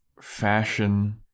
fashion